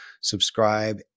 subscribe